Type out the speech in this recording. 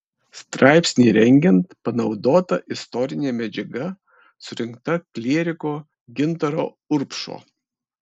straipsnį rengiant panaudota istorinė medžiaga surinkta klieriko gintaro urbšo